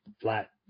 flat